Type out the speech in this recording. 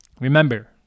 Remember